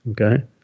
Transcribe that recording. Okay